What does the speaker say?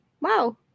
Wow